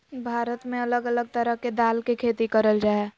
भारत में अलग अलग तरह के दाल के खेती करल जा हय